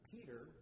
Peter